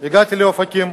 הגעתי לאופקים,